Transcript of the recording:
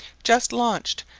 just launched,